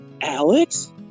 alex